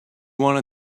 wanna